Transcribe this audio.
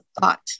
thought